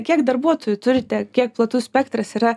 kiek darbuotojų turite kiek platus spektras yra